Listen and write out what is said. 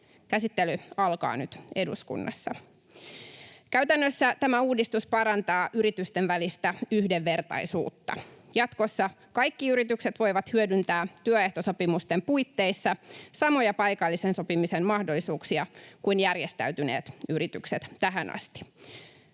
Käsittely alkaa nyt eduskunnassa. Käytännössä tämä uudistus parantaa yritysten välistä yhdenvertaisuutta. Jatkossa kaikki yritykset voivat hyödyntää työehtosopimusten puitteissa samoja paikallisen sopimisen mahdollisuuksia kuin järjestäytyneet yritykset tähän asti.